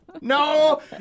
No